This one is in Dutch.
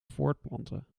voortplanten